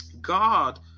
God